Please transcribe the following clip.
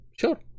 Sure